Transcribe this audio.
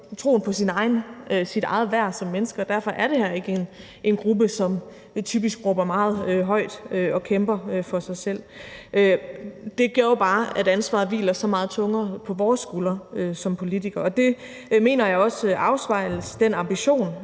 troen på sit eget værd som menneske, og derfor er det her ikke en gruppe, som typisk råber meget højt og kæmper for sig selv. Det gør bare, at ansvaret hviler så meget tungere på vores skuldre som politikere, og den ambition mener jeg også afspejles i det store